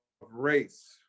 race